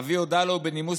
אבי הודה לו בנימוס,